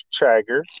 Chagger